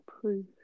proof